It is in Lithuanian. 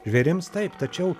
žvėrims taip tačiau